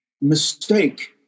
mistake